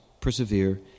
persevere